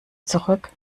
zurück